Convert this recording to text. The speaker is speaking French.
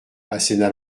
asséna